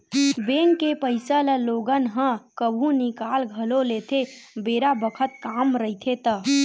bank के पइसा ल लोगन ह कभु निकाल घलो लेथे बेरा बखत काम रहिथे ता